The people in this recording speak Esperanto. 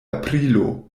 aprilo